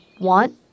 want